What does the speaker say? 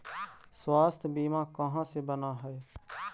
स्वास्थ्य बीमा कहा से बना है?